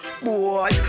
boy